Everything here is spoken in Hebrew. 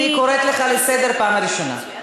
אני קוראת אותך לסדר פעם ראשונה.